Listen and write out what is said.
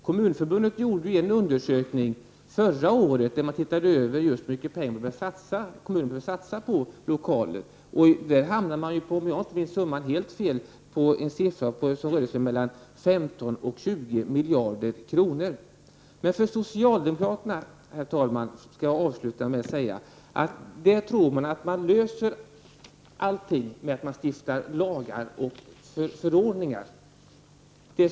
Kommunförbundet gjorde en undersökning förra året, där man just tittade på hur mycket pengar man behöver satsa på lokaler. Om jag inte minns helt fel hamnade man på en siffra på mellan 15 och 20 miljarder kronor. Herr talman! Jag skall avsluta med att säga att socialdemokraterna tror att man löser allt med att stifta lagar och förordningar.